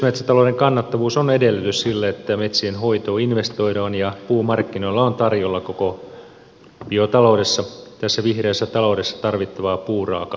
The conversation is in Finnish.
yksityismetsätalouden kannattavuus on edellytys sille että metsien hoitoon investoidaan ja puumarkkinoilla on tarjolla koko biotaloudessa tässä vihreässä ta loudessa tarvittavaa puuraaka ainetta